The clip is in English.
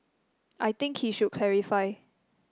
I think he should clarify